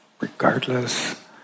Regardless